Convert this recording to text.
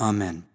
Amen